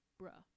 bruh